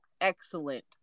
Excellent